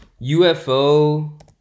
UFO